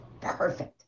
perfect